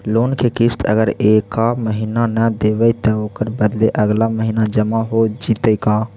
Loan के किस्त अगर एका महिना न देबै त ओकर बदले अगला महिना जमा हो जितै का?